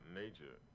nature